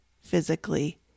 physically